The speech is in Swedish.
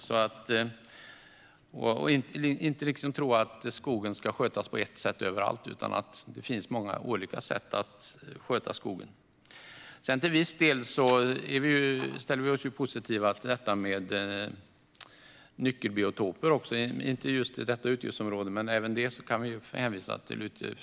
Vi kan liksom inte tro att skogen ska skötas på ett och samma sätt överallt, utan det finns många olika sätt att sköta skog. Till viss del ställer vi oss positiva även till detta med nyckelbiotoper, som är en viktig del att ta hänsyn till.